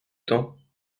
temps